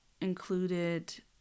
included